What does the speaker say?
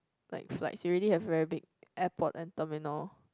like flights we already have very big airport and terminal